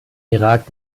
irak